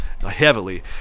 heavily